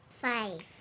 Five